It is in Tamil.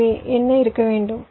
எனவே என்ன இருக்க வேண்டும்